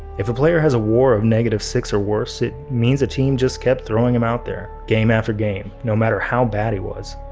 if a player has a war of negative six or worse, it means a team just kept throwing him out there game after game, no matter how bad he was.